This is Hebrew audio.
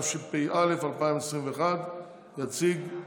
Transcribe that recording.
התשפ"א 2021. יציג,